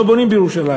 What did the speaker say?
לא בונים בירושלים,